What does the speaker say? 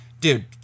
dude